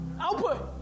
output